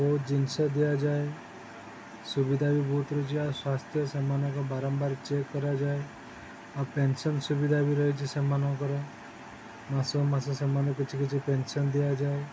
ବହୁତ ଜିନିଷ ଦିଆଯାଏ ସୁବିଧା ବି ବହୁତ ରହୁଛି ଆଉ ସ୍ୱାସ୍ଥ୍ୟ ସେମାନଙ୍କ ବାରମ୍ବାର ଚେକ୍ କରାଯାଏ ଆଉ ପେନ୍ସନ୍ ସୁବିଧା ବି ରହିଛି ସେମାନଙ୍କର ମାସ ମାସ ସେମାନେ କିଛି କିଛି ପେନ୍ସନ୍ ଦିଆଯାଏ